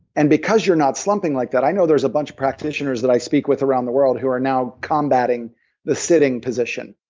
and because you're not slumping like that. i know there's a bunch of practitioners that i speak with around the world who are now combating the sitting position,